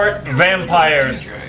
vampires